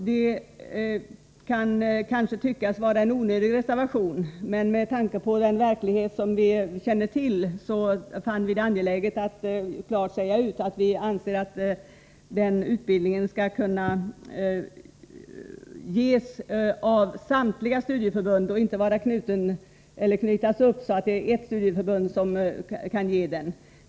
Det kan kanske tyckas vara en onödig reservation, men med tanke på vad vi känner till fann vi det angeläget att klart säga ut att utbildningen skall kunna meddelas av samtliga studieförbund och inte knytas upp, så att bara ett studieförbund kommer i fråga för utbildningen.